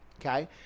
okay